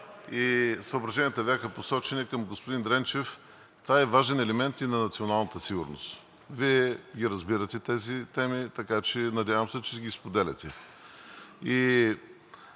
и съображенията бяха насочени към господин Дренчев – това е важен елемент и на националната сигурност, Вие ги разбирате тези теми, така че се надявам, че ги споделяте.